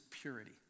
purity